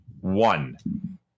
one